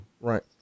Right